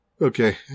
Okay